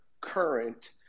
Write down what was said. current